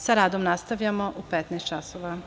Sa radom nastavljamo u 15.00 časova.